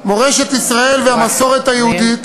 מורשת ישראל והמסורת היהודית,